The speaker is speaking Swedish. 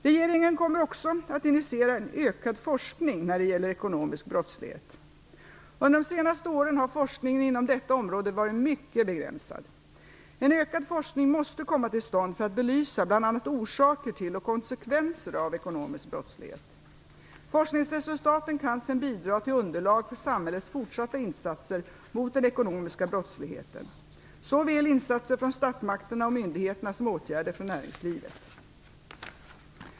Regeringen kommer också att initiera en ökad forskning när det gäller ekonomisk brottslighet. Under de senaste åren har forskningen inom detta område varit mycket begränsad. En ökad forskning måste komma till stånd för att belysa bl.a. orsaker till och konsekvenser av ekonomisk brottslighet. Forskningsresultaten kan sedan bidra till underlaget för samhällets fortsatta insatser mot den ekonomiska brottsligheten, såväl insatser från statsmakterna och myndigheterna som åtgärder från näringslivet.